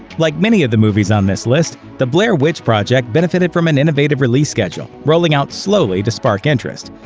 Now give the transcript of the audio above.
like many of the movies on this list, the blair witch project benefited from an innovative release schedule, rolling out slowly to spark interest.